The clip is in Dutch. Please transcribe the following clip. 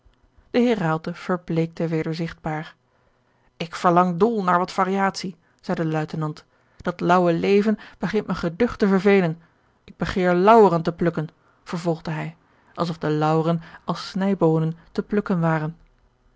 raalte verbleekte weder zigtbaar ik verlang dol naar wat variatie zeide de luitenant dat laauwe leven begint me geducht te vervelen ik begeer lauweren te plukken vervolgde hij alsof de lauweren als snijboonen te plukken waren